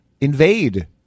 invade